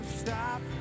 stop